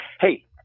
Hey